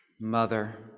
Mother